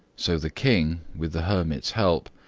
so the king, with the hermit's help,